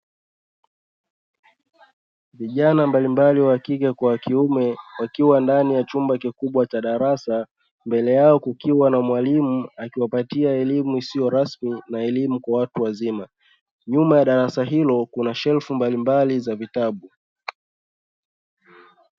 Vijana mbalimbali wakike kwa wakiume wakiwa ndani ya chumba kikubwa cha darasa, mbele yao kukiwa na mwalimu akiwapatia elimu isiyo rasmi na elimu kwa watu wazima, nyuma ya darasa hilo kuna shelfu mbalimbali za vitabu.